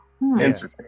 Interesting